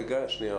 שני,